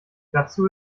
dazu